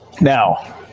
Now